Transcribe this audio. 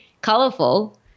colorful